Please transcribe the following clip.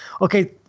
okay